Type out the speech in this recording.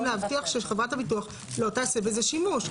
להבטיח שחברת הביטוח לא תעשה בזה שימוש.